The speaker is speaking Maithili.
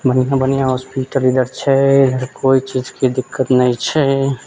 बन्हिआँ बन्हिआँ हॉस्पिटल इधर छै इधर कोइ चीजके दिक्कत नहि छै